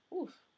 Oof